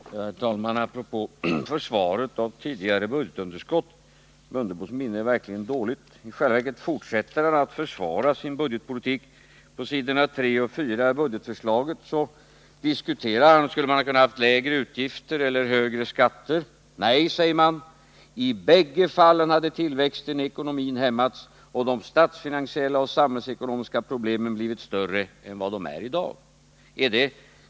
Herr talman! I fråga om försvarandet av tidigare budgetunderskott är verkligen Ingemar Mundebos minne dåligt. I själva verket fortsätter han att försvara sin budgetpolitik. På s. 3 och 4 i budgetförslaget diskuterar man om det hade varit möjligt med lägre utgifter eller högre skatter. Nej, säger man, i bägge fallen hade tillväxten i ekonomin hämmats och de statsfinansiella och samhällsekonomiska problemen blivit större än vad de är i dag.